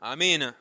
Amen